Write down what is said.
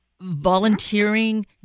Volunteering